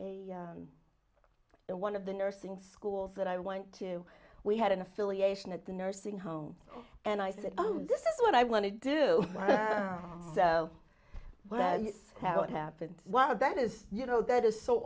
a and one of the nursing schools that i went to we had an affiliation at the nursing home and i said oh no this is what i want to do how it happened what of that is you know that is so